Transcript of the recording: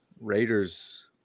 Raiders